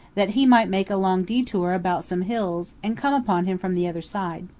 that he might make a long detour about some hills and come upon him from the other side.